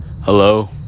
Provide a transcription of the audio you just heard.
Hello